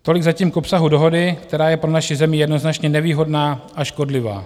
Tolik zatím k obsahu dohody, která je pro naši zemi jednoznačně nevýhodná a škodlivá.